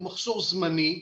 הוא מחסור זמני,